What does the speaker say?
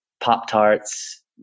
Pop-Tarts